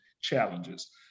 challenges